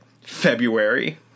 February